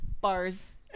bars